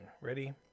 ready